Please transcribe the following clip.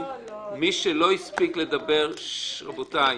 מי שלא הספיק לדבר הפעם,